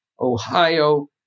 Ohio